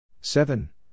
Seven